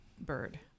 bird